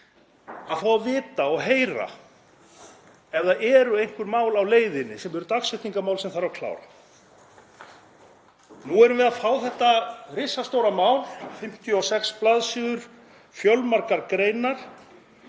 að vita og heyra ef það eru einhver mál á leiðinni sem eru dagsetningarmál sem þarf að klára. Nú erum við að fá þetta risastóra mál, 56 blaðsíður, fjölmargar greinar,